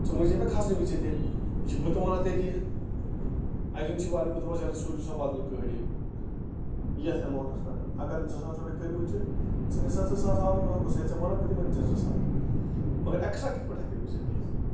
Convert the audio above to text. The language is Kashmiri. ژٕ ؤنہِ زِ ہا مےٚ کھسنہٕ وِزے تیٚلہِ یہِ چھُ بہٕ تہِ وَنہٕ ہا تٔتی ایٚجنسی والین بہٕ دَپہٕ ہس یَیٚٮ۪تَھ سوزِو سا بِدل گٲڑۍ یَتھ ایٚمونٹس پٮ۪ٹھ اگر زٕ ساس رۄپیہِ کٔرۍ مٕتۍ چھِ ژٕ نِسا زٕ ساس واپس بہٕ سے ژےٚ وَنان بہٕ دِمے نہٕ ژےٚ زٕ ساس مگر ایٚکٕسٹرا کِتھ پٲٹھۍ ہیٚکے بہٕ ژےٚ دِتھ